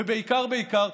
ובעיקר בעיקר,